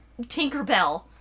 tinkerbell